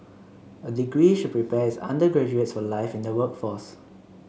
a degree should prepare its undergraduates for life in the workforce